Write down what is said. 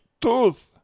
tooth